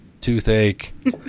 toothache